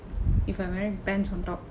if I'm wearing pants on top